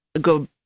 go